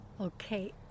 Okay